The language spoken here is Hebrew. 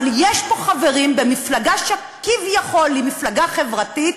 אבל יש פה חברים במפלגה שהיא כביכול מפלגה חברתית,